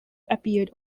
appeared